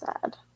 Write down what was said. sad